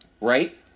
right